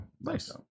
nice